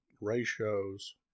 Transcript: ratios